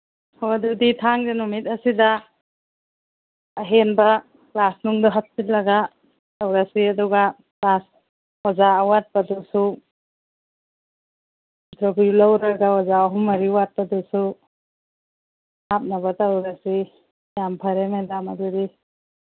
ꯍꯣ ꯑꯗꯨꯗꯤ ꯊꯥꯡꯖ ꯅꯨꯃꯤꯠ ꯑꯁꯤꯗ ꯑꯍꯦꯟꯕ ꯀ꯭ꯂꯥꯁꯅꯨꯡꯗꯣ ꯍꯥꯞꯆꯤꯜꯂꯒ ꯇꯧꯔꯁꯦ ꯑꯗꯨꯒ ꯀ꯭ꯂꯥꯁ ꯑꯣꯖꯥ ꯑꯋꯥꯠꯄꯗꯨꯁꯨ ꯏꯟꯇꯔꯚ꯭ꯌꯨ ꯂꯧꯔꯒ ꯑꯣꯖꯥ ꯑꯍꯨꯝ ꯃꯔꯤ ꯋꯥꯠꯄꯗꯨꯁꯨ ꯍꯥꯞꯅꯕ ꯇꯧꯔꯁꯤ ꯌꯥꯝ ꯐꯔꯦ ꯃꯦꯗꯥꯝ ꯑꯗꯨꯗꯤ